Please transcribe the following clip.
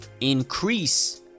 increase